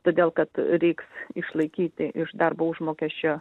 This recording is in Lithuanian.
todėl kad reiks išlaikyti iš darbo užmokesčio